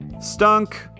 stunk